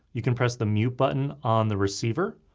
you can press the mute button on the receiver,